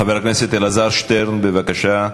חבר הכנסת אלעזר שטרן, בבקשה.